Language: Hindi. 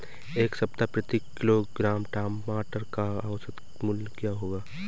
इस सप्ताह प्रति किलोग्राम टमाटर का औसत मूल्य क्या है?